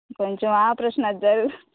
కొంచెం ఆపరేషన్ అది